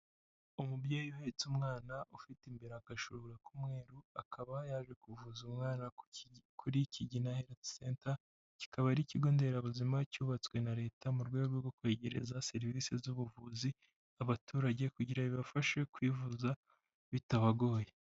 Umubyeyi uhetse umwana ufite imbere agashobora k'umweruru, akaba yaje kuvuza umwana kuri kigina herifu senta kikaba ari ikigonderabuzima cyubatswe na leta mu rwego rwo kwegereza serivisi z'ubuvuzi abaturage kugira bibafashe kwivuza bitabagoye.